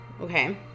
okay